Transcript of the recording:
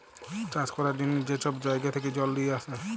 চাষ ক্যরার জ্যনহে যে ছব জাইগা থ্যাকে জল লিঁয়ে আসে